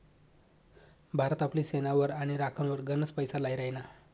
भारत आपली सेनावर आणि राखनवर गनच पैसा लाई राहिना